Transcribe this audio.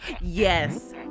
yes